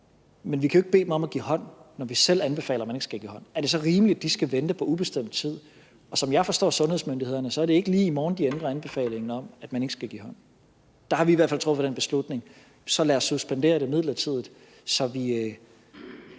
Men vi kan jo ikke bede dem om at give hånd, når vi selv anbefaler, at man ikke skal give hånd. Er det så rimeligt, at de skal vente på ubestemt tid? Som jeg forstår sundhedsmyndighederne, er det ikke lige i morgen, de ændrer anbefalingen om, at man ikke skal give hånd. Der har vi i hvert fald truffet den beslutning, at så lad os suspendere det midlertidigt, så vi